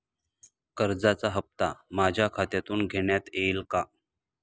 कर्जाचा हप्ता माझ्या खात्यातून घेण्यात येईल का?